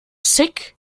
sick